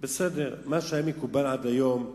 מה שהיה מקובל עד היום,